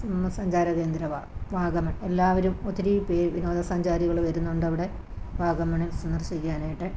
വിനോദസഞ്ചാര കേന്ദ്രമാണ് വാഗമൺ എല്ലാവരും ഒത്തിരി പേ വിനോദസഞ്ചാരികള് വരുന്നുണ്ടവിടെ വാഗമണ്ണില് സന്ദർശിക്കാനായിട്ട്